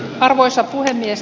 arvoisa puhemies